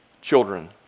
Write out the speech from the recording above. children